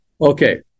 Okay